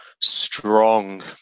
strong